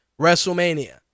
WrestleMania